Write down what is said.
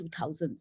2000s